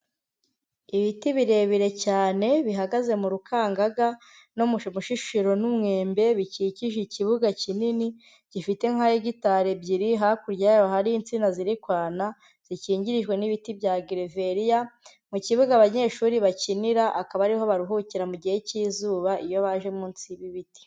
Ibiti birebire cyane bihagaze mu rukangaga, no mubushishiro n'umwembe, bikikije ikibuga kinini gifite nka hegitari ebyiri, hakurya y'aho hari insina ziri kwana zikingirijwe n'ibiti bya gereveriya, mu kibuga abanyeshuri bakinira, akaba ariho baruhukira mu gihe cy'izuba iyo baje munsi y'ibiti.